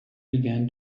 began